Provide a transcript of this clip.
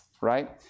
right